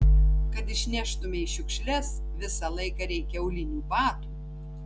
kad išneštumei šiukšles visą laiką reikia aulinių batų